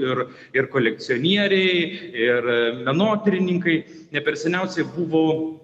ir ir kolekcionieriai ir menotyrininkai ne per seniausiai buvo